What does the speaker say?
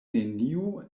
neniu